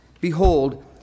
Behold